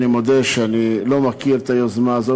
אני מודה שאני לא מכיר את היוזמה הזאת.